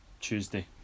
Tuesday